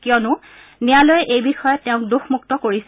কিয়নো ন্যায়ালয়ে এই বিষয়ত তেওঁক দোষমুক্ত কৰিছিল